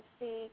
see